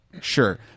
sure